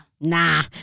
Nah